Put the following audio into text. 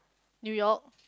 New York